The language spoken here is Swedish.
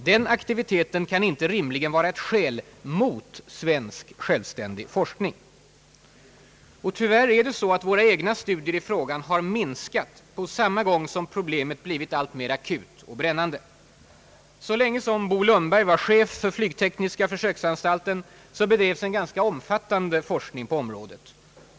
Den aktiviteten kan inte rimligen vara ett skäl mot svensk, självständig forskning Och tyvärr är det så att våra egna studier i frågan har minskat på samma gång som problemet blivit alltmer akut och brännande. Så länge som Bo Lundberg var chef för flygtekniska försöksanstalten bedrevs en ganska omfattande forskning på området.